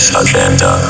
agenda